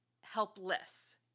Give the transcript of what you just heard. helpless